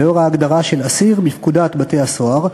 לנוכח ההגדרה של "אסיר" בפקודת בתי-הסוהר,